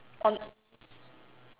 oh